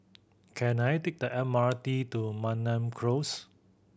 can I take the M R T to Mariam Close